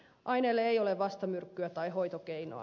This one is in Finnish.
aineelle ei ole vastamyrkkyä tai hoitokeinoa